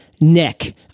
Nick